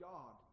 God